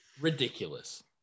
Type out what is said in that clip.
Ridiculous